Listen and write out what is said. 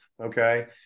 Okay